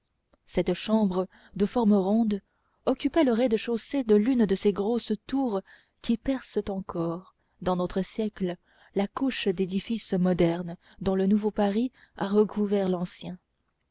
cette chambre de forme ronde occupait le rez-de-chaussée de l'une de ces grosses tours qui percent encore dans notre siècle la couche d'édifices modernes dont le nouveau paris a recouvert l'ancien